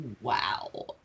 Wow